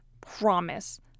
promise